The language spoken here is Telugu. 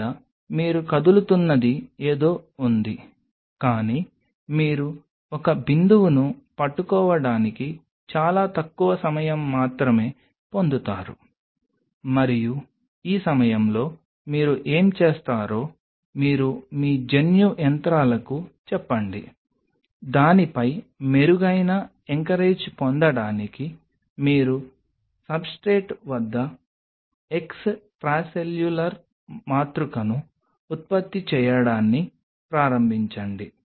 లేదా మీరు కదులుతున్నది ఏదో ఉంది కానీ మీరు ఒక బిందువును పట్టుకోవడానికి చాలా తక్కువ సమయం మాత్రమే పొందుతారు మరియు ఈ సమయంలో మీరు ఏమి చేస్తారో మీరు మీ జన్యు యంత్రాలకు చెప్పండి దానిపై మెరుగైన ఎంకరేజ్ పొందడానికి మీరు సబ్స్ట్రేట్ వద్ద ఎక్స్ట్రాసెల్యులర్ మాతృకను ఉత్పత్తి చేయడాన్ని ప్రారంభించండి